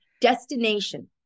destination